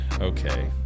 Okay